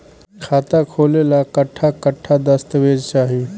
खाता खोले ला कट्ठा कट्ठा दस्तावेज चाहीं?